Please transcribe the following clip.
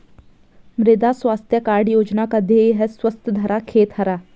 मृदा स्वास्थ्य कार्ड योजना का ध्येय है स्वस्थ धरा, खेत हरा